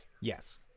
Yes